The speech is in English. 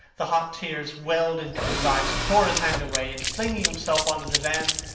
the hot tears welled into his eyes he tore his hand away and, flinging himself on the divan,